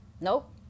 nope